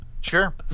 Sure